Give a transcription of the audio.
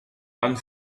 and